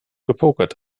gepokert